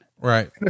Right